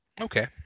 Okay